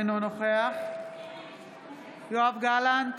אינו נוכח יואב גלנט,